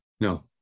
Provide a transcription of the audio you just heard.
No